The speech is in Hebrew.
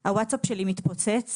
בתמימות והווטסאפ שלי מתפוצץ